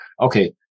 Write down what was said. Okay